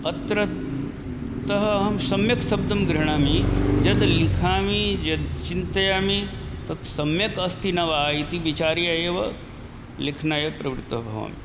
अत्रतः अहं सम्यक् शब्दं ग्रह्णामि यद् लिखामि यद् चिन्तयामि तत् सम्यक् अस्ति न वा इति विचार्य एव लेखनाय प्रवृत्तो भवामि